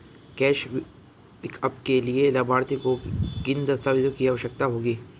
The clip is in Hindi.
कैश पिकअप के लिए लाभार्थी को किन दस्तावेजों की आवश्यकता होगी?